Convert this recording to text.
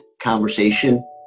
conversation